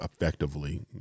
effectively